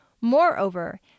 Moreover